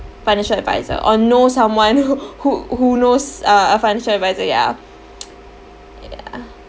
financial advisor or know someone who who who knows uh a financial advisor ya ya